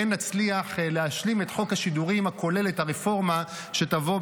כן נצליח להשלים את חוק השידורים הכולל את הרפורמה שתובא,